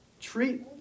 treat